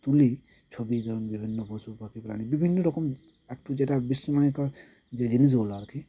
তুলি ছবি ধরুন বিভিন্ন পশু পাখি প্রাণী বিভিন্ন রকম একটু যেটা বিস্ময়কর যে জিনিসগুলো আর কি